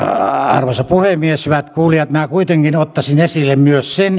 arvoisa puhemies hyvät kuulijat minä kuitenkin ottaisin esille myös sen mitä